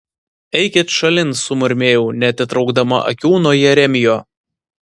eikit šalin sumurmėjau neatitraukdama akių nuo jeremijo